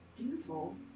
beautiful